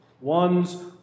ones